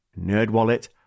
NerdWallet